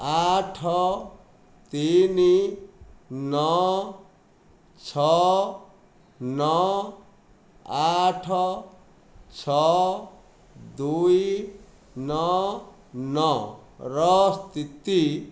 ଆଠ ତିନି ନଅ ଛଅ ନଅ ଆଠ ଛଅ ଦୁଇ ନଅ ନଅ ର ସ୍ଥିତି